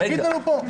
תגיד לנו פה.